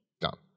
Done